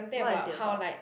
what is it about